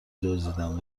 دزدیدم